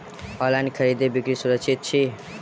online खरीदै बिक्री सुरक्षित छी